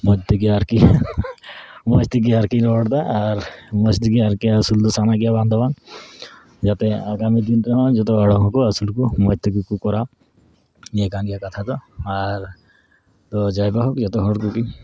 ᱢᱚᱡᱽ ᱛᱮᱜᱮ ᱟᱨᱠᱤ ᱢᱚᱡᱽ ᱛᱮᱜᱮ ᱟᱨᱠᱤ ᱨᱚᱲᱮᱫᱟ ᱟᱨ ᱢᱚᱡᱽ ᱛᱮᱜᱮ ᱟᱨᱠᱤ ᱟᱹᱥᱩᱞ ᱫᱚ ᱥᱟᱱᱟ ᱜᱮᱭᱟ ᱵᱟᱝ ᱫᱚ ᱵᱟᱝ ᱡᱟᱛᱮ ᱟᱜᱟᱢᱤ ᱫᱤᱱ ᱨᱮᱦᱚᱸ ᱡᱚᱛᱚ ᱦᱚᱲ ᱦᱚᱸᱠᱚ ᱟᱹᱥᱩᱞ ᱠᱚ ᱢᱚᱡᱽ ᱛᱮᱜᱮ ᱠᱚ ᱠᱚᱨᱟᱣ ᱱᱤᱭᱟᱹ ᱠᱟᱱ ᱜᱮᱭᱟ ᱠᱟᱛᱷᱟ ᱫᱚ ᱟᱨ ᱡᱟᱭ ᱵᱟᱦᱳᱠ ᱡᱚᱛᱚ ᱦᱚᱲ ᱠᱚᱜᱮ